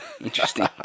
Interesting